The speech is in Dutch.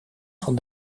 van